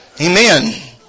Amen